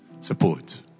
support